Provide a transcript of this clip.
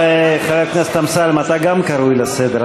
חבר הכנסת אמסלם, אתה גם קרוי לסדר.